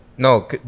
No